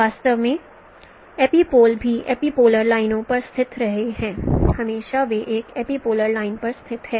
वास्तव में एपिपोल भी एपीपोलर लाइनों पर स्थित रहे हैं हमेशा वे एक एपीपोलर लाइन पर स्थित हैं